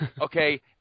okay